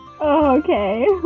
Okay